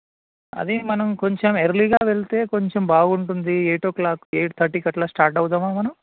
అది మనం కొంచెం ఎర్లీగా వెళ్తే కొంచెం బాగుంటుంది ఎయిటో క్లాక్కి ఎయిట్ థర్టీకీ అట్లా స్టార్ట్ అవుదామా మనం